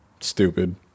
stupid